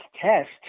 test